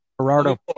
Gerardo